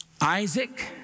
Isaac